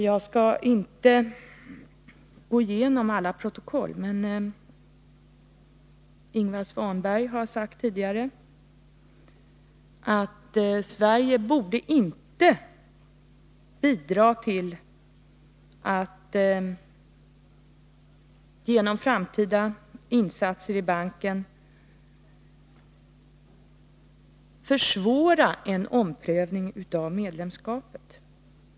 Jag skall inte gå igenom alla protokoll, men Ingvar Svanberg har tidigare sagt att Sverige inte borde binda sig för framtida insatser i banken som försvårar en omprövning av medlemskapet.